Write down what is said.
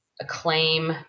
acclaim